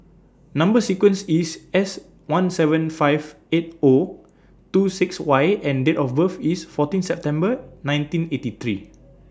Number sequence IS S one seven five eight O two six Y and Date of birth IS fourteen September nineteen eighty three